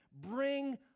Bring